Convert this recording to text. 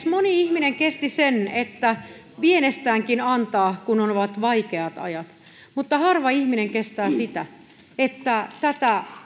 moni ihminen kesti sen että pienestäänkin antaa kun ovat vaikeat ajat mutta harva ihminen kestää sitä että tätä